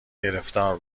گرفتار